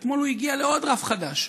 אתמול הוא הגיע לעוד רף חדש.